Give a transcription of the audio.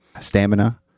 stamina